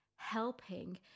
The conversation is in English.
helping